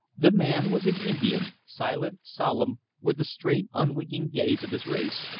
the man was an indian, silent, solemn, with the straight, unwinking gaze of his race.